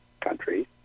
countries